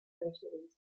universities